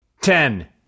Ten